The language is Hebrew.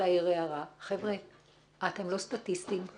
אתם לא סטטיסטיים,